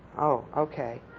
oh, okay.